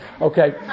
Okay